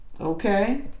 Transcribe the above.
Okay